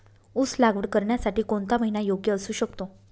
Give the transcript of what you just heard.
ऊस लागवड करण्यासाठी कोणता महिना योग्य असू शकतो?